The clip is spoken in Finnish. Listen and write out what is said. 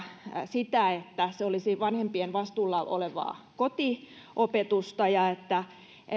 sitä että se olisi vanhempien vastuulla olevaa kotiopetusta ja että